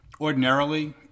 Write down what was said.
ordinarily